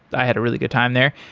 i had a really good time there.